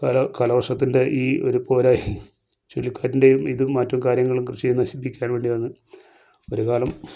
പല കാലവർഷത്തിൻ്റെ ഈ ഒരു പോരായ് ചില ഇതും മറ്റു കാര്യങ്ങളും കൃഷിയെ നശിപ്പിക്കാൻ വേണ്ടിയാണ് ഒരു കാലം